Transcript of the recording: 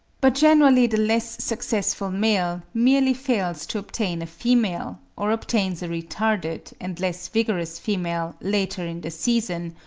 but generally the less successful male merely fails to obtain a female, or obtains a retarded and less vigorous female later in the season,